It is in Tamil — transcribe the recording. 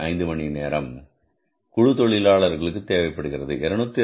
5 மணி நேரம் குழு தொழிலாளர்களுக்கு தேவைப்படுகிறது 202